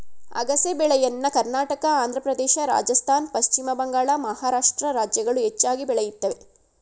ಅಗಸೆ ಬೆಳೆಯನ್ನ ಕರ್ನಾಟಕ, ಆಂಧ್ರಪ್ರದೇಶ, ರಾಜಸ್ಥಾನ್, ಪಶ್ಚಿಮ ಬಂಗಾಳ, ಮಹಾರಾಷ್ಟ್ರ ರಾಜ್ಯಗಳು ಹೆಚ್ಚಾಗಿ ಬೆಳೆಯುತ್ತವೆ